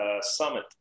summit